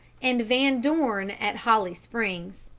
and van dorn at holly springs.